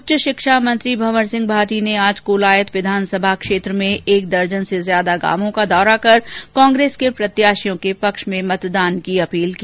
उच्च शिक्षा मंत्री भंवर सिंह भाटी ने आज कोलायत विधानसभा क्षेत्र में एक दर्जन से ज्यादा गांवों का दौरा कर कांग्रेस के प्रत्याशियों के पक्ष में मतदान करने की अपील की